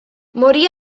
morì